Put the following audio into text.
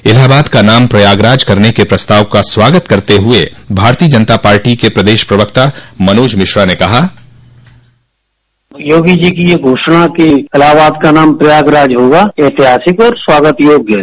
इलाहाबाद का नाम प्रयागराज करने के प्रस्ताव का स्वागत करते हुए भारतीय जनता पार्टी के प्रदेश प्रवक्ता मनोज मिश्र ने कहा बाइट योगी जी की ये घोषणा कि इलाहाबाद का नाम प्रयागराज होगा ऐतिहासिक स्वागत योग्य है